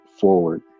forward